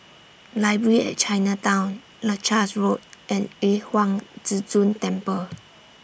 Library At Chinatown Leuchars Road and Yu Huang Zhi Zun Temple